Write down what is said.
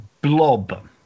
blob